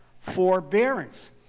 forbearance